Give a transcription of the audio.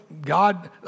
God